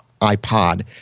iPod